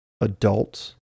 adults